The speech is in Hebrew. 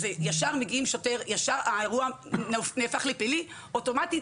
כשמגיע שוטר האירוע נהפך לפלילי, אוטומטית.